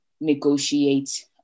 negotiate